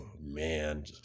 man